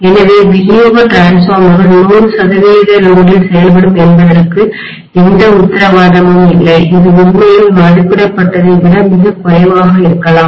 எனவே விநியோக மின்மாற்றிகள்டிரான்ஸ்ஃபார்மர்கள் 100 சதவிகித லோடில் செயல்படும் என்பதற்கு எந்த உத்தரவாதமும் இல்லை இது உண்மையில் மதிப்பிடப்பட்டதை விட மிகக் குறைவாக இருக்கலாம்